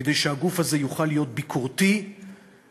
כדי שהגוף הזה יוכל להיות ביקורתי ולהיות